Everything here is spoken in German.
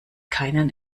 keinen